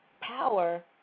power